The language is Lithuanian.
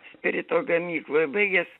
spirito gamykloje baigęs